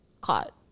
caught